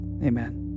Amen